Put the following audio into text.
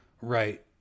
Right